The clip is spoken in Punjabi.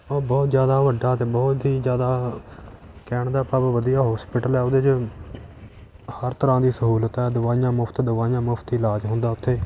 ਉਹ ਬਹੁਤ ਜ਼ਿਆਦਾ ਵੱਡਾ ਅਤੇ ਬਹੁਤ ਹੀ ਜ਼ਿਆਦਾ ਕਹਿਣ ਦਾ ਭਾਵ ਵਧੀਆ ਹੋਸਪਿਟਲ ਹੈ ਉਹਦੇ 'ਚ ਹਰ ਤਰ੍ਹਾਂ ਦੀ ਸਹੂਲਤ ਹੈ ਦਵਾਈਆਂ ਮੁਫਤ ਦਵਾਈਆਂ ਮੁਫਤ ਇਲਾਜ ਹੁੰਦਾ ਉੱਥੇ